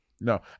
no